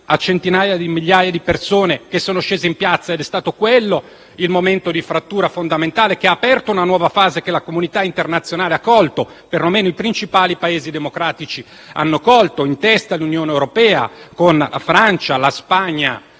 Centinaia di migliaia di persone sono scese in piazza, ed è stato quello il momento di frattura fondamentale che ha aperto una nuova fase che la comunità internazionale ha colto, perlomeno i principali Paesi democratici: in testa l'Unione europea con la Francia, la Spagna